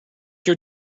your